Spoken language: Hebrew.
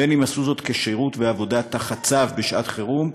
בין אם עשו זאת כשירות ועבודה תחת צו בשעת חירום,